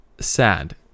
sad